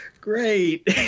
Great